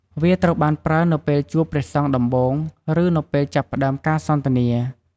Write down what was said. វាត្រូវបានប្រើនៅពេលជួបព្រះសង្ឃដំបូង ឬនៅពេលចាប់ផ្តើមការសន្ទនា។